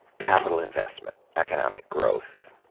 capital investment. economic growth.